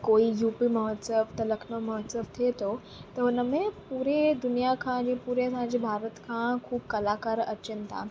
कोई U P महोत्सव त लखनऊ महोत्सव थिए थो त हुन में पूरे दुनिया खां पूरी मांजे भारत खां ख़ूबु कलाकार अचनि था